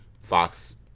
Fox